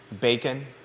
Bacon